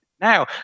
Now